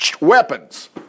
weapons